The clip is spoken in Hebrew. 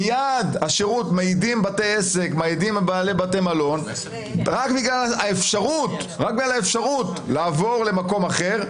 מעידים בתי המלון והעסק שרק בגלל האפשרות למקום אחר,